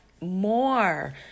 more